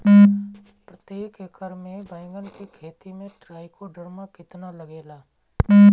प्रतेक एकर मे बैगन के खेती मे ट्राईकोद्रमा कितना लागेला?